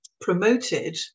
promoted